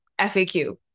FAQ